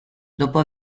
dopo